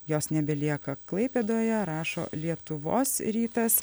jos nebelieka klaipėdoje rašo lietuvos rytas